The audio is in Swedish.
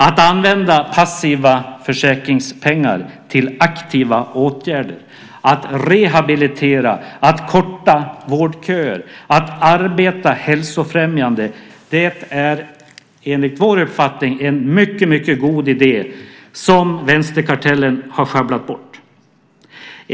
Att använda passiva försäkringspengar till aktiva åtgärder, att rehabilitera, att korta vårdköer, att arbeta hälsofrämjande är enligt vår uppfattning en mycket god idé, som vänsterkartellen har schabblat bort.